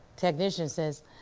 technician says,